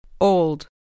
Old